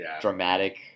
dramatic